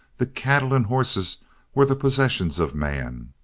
the cattle and horses were the possessions of man,